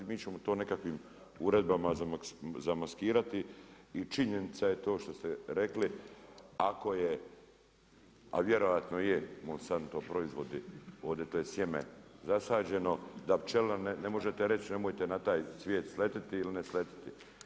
Mi ćemo to nekakvim uredbama zamaskirati i činjenica je to što ste rekli, ako je a vjerojatno je Monsanto proizvodi, ovdje to je sjeme zasađeno, da pčela, ne možete reći nemojte na taj cvijet sletjeti ili ne sletjeti.